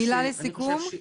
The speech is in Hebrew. מילה לסיכום.